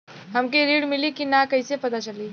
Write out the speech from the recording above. हमके ऋण मिली कि ना कैसे पता चली?